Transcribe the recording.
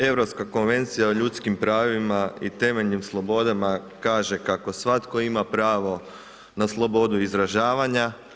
Europska konvencija o ljudskim pravima i temeljnim slobodama kaže kako svatko ima pravo na slobodu izražavanja.